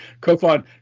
Kofan